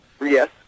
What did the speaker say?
Yes